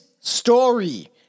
story